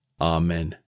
Amen